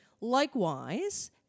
likewise